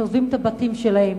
שעוזבים את הבתים שלהם,